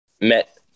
met